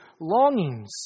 longings